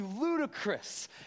ludicrous